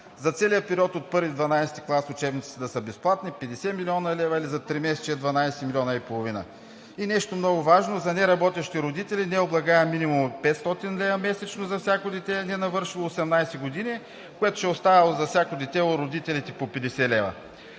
За целия период от I до ХII клас учебниците да са безплатни – 50 млн. лв., или за тримесечие 12,5 милиона. И нещо много важно, за неработещи родители – необлагаем минимум 500 лв. месечно за всяко дете ненавършило 18 години, което ще остава за всяко дете у родителите по 50 лв.